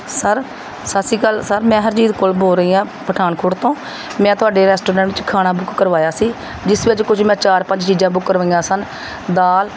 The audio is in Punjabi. ਸਰ ਸਤਿ ਸ਼੍ਰੀ ਅਕਾਲ ਸਰ ਮੈਂ ਹਰਜੀਤ ਕੋਲ ਬੋਲ ਰਹੀ ਹਾਂ ਪਠਾਨਕੋਟ ਤੋਂ ਮੈਂ ਤੁਹਾਡੇ ਰੈਸਟੋਰੈਂਟ 'ਚ ਖਾਣਾ ਬੁੱਕ ਕਰਵਾਇਆ ਸੀ ਜਿਸ ਵਿੱਚ ਕੁਝ ਮੈਂ ਚਾਰ ਪੰਜ ਚੀਜ਼ਾਂ ਬੁੱਕ ਕਰਵਾਈਆਂ ਸਨ ਦਾਲ